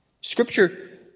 Scripture